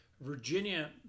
Virginia